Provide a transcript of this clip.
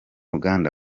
uganda